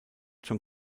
schon